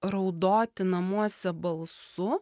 raudoti namuose balsu